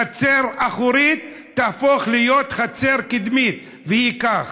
חצר אחורית תהפוך להיות חצר קדמית, והיא כך.